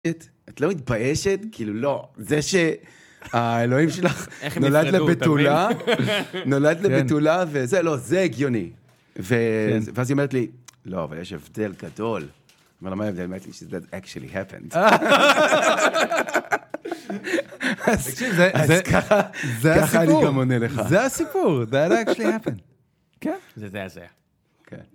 את לא מתביישת? כאילו, לא. זה שהאלוהים שלך נולד לבתולה. נולד לבתולה וזה, לא, זה הגיוני. ואז היא אומרת לי, לא, אבל יש הבדל גדול. אומר לה, מה הבדל? היא אמרת לי, זה קרה באמת. אז ככה אני גם עונה לך. זה הסיפור, זה קרה באמת. כן. זה זה הזה.